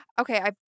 Okay